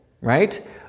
right